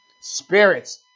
Spirits